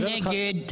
אני נגד,